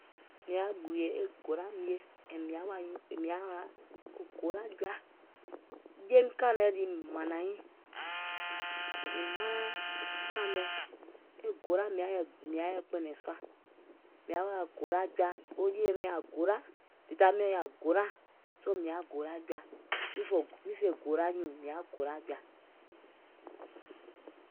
Mìŋ yaà gbùùyè golà mie, mìŋ yaà wa golà jɔa. Jeim kȧìŋ nɛ liiìm mànaìŋ, mìŋ maŋaŋ kaìŋ mɛ̀, e golà mìŋ yaà yɛi kpɛ̀nɛ̀ŋ sùà. Mìŋ yaà wa golà jɔa, yèye miɔ̀ŋ yaà golà, dèda miɔ̀ŋ yaà golà, soo mìŋ yaà golà jɔa. Muŋ fè golà nyuuŋ mìŋ yaà golà jɔa.